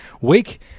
week